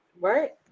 right